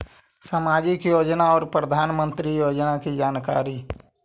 समाजिक योजना और प्रधानमंत्री योजना की जानकारी?